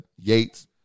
Yates